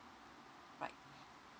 right